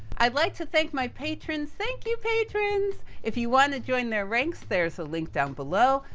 i'd like to thank my patreons. thank you patreons. if you wanna join their ranks, there's a link down below.